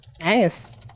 Nice